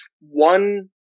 one